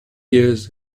years